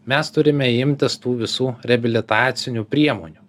mes turime imtis tų visų reabilitacinių priemonių